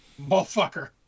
motherfucker